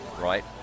right